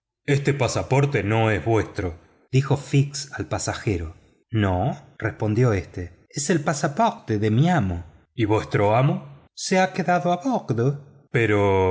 este pasaporte no es vuestro dijo fix al pasajero no respondió éste es el pasaporte de mi amo y vuestro amo se ha quedado a bordo pero